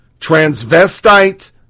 transvestite